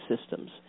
systems